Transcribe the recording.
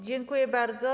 Dziękuję bardzo.